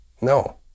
No